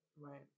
Right